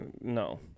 No